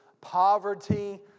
poverty